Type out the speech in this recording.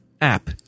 app